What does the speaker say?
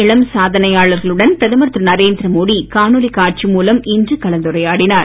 இளம் இந்த சாதனையாளர்களுடன் பிரதமர் திரு நரேந்திர மோடி காணொலி காட்சி மூலம் இன்று கலந்துரையாடினார்